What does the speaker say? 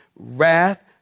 Wrath